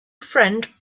friend